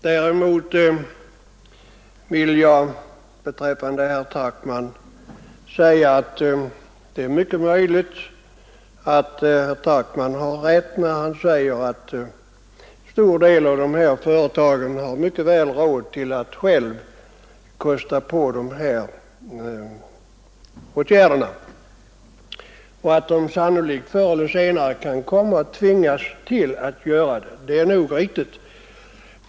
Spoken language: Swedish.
Däremot vill jag säga till herr Takman att det är mycket möjligt att han har rätt när han anför att en stor del av de berörda företagen mycket väl har råd att själva kosta på de aktuella åtgärderna — och det är nog riktigt att de förr eller senare kan komma att tvingas göra det.